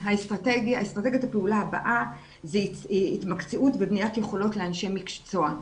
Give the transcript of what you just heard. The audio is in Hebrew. אסטרטגיית הפעולה הבאה זה התמקצעות ובניית יכולות לאנשי מקצוע.